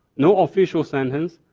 no ah official sentence,